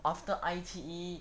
after I_T_E